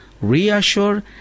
reassure